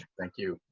thank you.